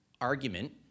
argument